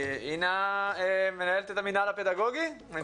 אינה מנהלת את המינהל הפדגוגי, אני צודק?